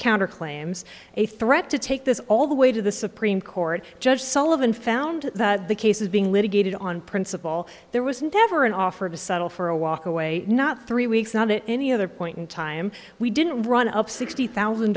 counter claims a threat to take this all the way to the supreme court judge sullivan found that the case is being litigated on principle there was never an offer to settle for a walk away not three weeks not it any other point in time we didn't run up sixty thousand